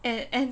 and an~